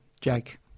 Jake